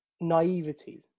naivety